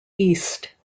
east